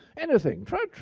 anything. try,